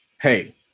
hey